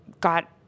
got